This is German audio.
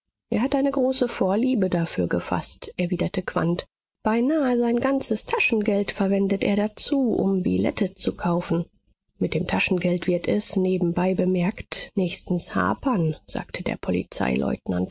er hat eine große vorliebe dafür gefaßt erwiderte quandt beinahe sein ganzes taschengeld verwendet er dazu um billette zu kaufen mit dem taschengeld wird es nebenbei bemerkt nächstens hapern sagte der